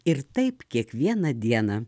ir taip kiekvieną dieną